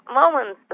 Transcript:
moment